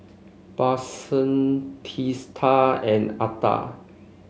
Babasaheb Teesta and Atal